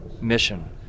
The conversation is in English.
mission